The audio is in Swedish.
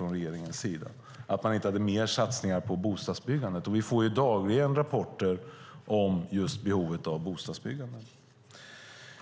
regeringen inte hade mer satsningar på bostadsbyggandet i budgetpropositionen. Vi får dagligen rapporter om behovet av att bygga bostäder.